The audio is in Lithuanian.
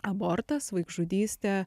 abortas vaikžudystė